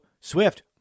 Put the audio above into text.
Swift